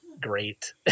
great